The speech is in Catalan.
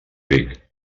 vic